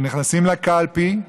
נכנסים לקלפי,